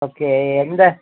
okay எந்த